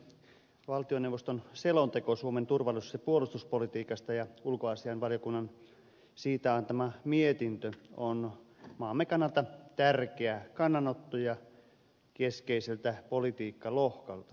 valtioneuvoston selonteko suomen turvallisuus ja puolustuspolitiikasta ja ulkoasiainvaliokunnan siitä antama mietintö on maamme kannalta tärkeä kannanotto keskeiseltä politiikkalohkolta